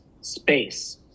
space